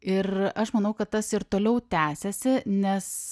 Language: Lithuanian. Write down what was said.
ir aš manau kad tas ir toliau tęsiasi nes